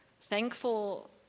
thankful